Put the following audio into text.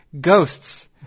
ghosts